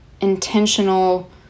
intentional